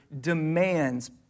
demands